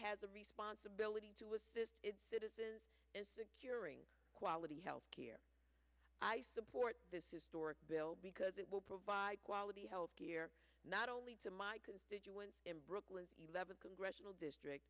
has a responsibility to its citizens is the curing quality healthcare i support this historic bill because it will provide quality health care not only to my constituents in brooklyn eleven congressional district